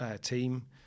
team